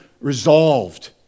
resolved